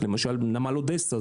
למשל נמל אודסה,